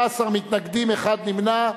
34 בעד סעיף 2 לפי גרסה ב', 17 מתנגדים, אחד נמנע.